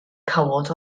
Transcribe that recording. cawod